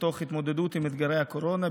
ותוך התמודדות עם אתגרי הקורונה,